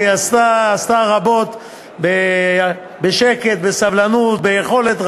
היא עשתה רבות בשקט, בסבלנות, ביכולת רבה,